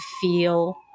feel